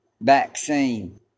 vaccine